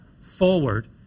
forward